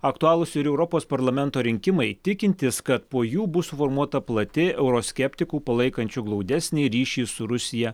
aktualūs ir europos parlamento rinkimai tikintis kad po jų bus suformuota plati euroskeptikų palaikančių glaudesnį ryšį su rusija